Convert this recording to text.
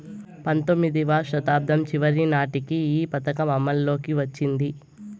పంతొమ్మిదివ శతాబ్దం చివరి నాటికి ఈ పథకం అమల్లోకి వచ్చింది